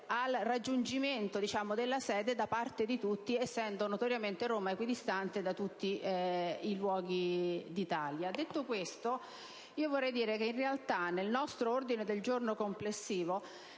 al raggiungimento della sede da parte di tutti, essendo notoriamente Roma equidistante da tutte le località d'Italia. Detto questo, in realtà, nel nostro ordine del giorno G5.200 sono